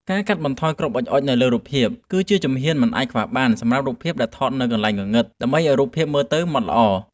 ការកាត់បន្ថយ គ្រាប់អុជៗនៅលើរូបភាព គឺជាជំហ៊ានមិនអាចខ្វះបានសម្រាប់រូបភាពដែលថតនៅកន្លែងងងឹត ដើម្បីឱ្យរូបភាពមើលទៅម៉ត់ល្អ។